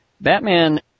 Batman